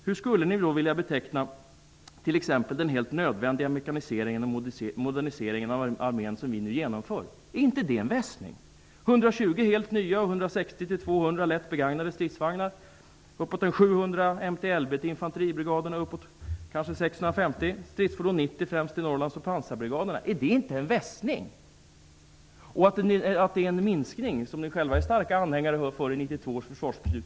Hur skulle ni då vilja beteckna t.ex. den helt nödvändiga mekanisering och modernisering av armén som vi nu genomför? Är inte det en vässning? Är inte 120 helt nya och stridsfordon 90 främst till Norrlands och pansarbrigaderna en vässning? Det är fråga om en minskning, något som ni själva var starka anhängare av i samband med 1992 års försvarsbeslut.